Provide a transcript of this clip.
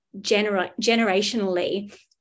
generationally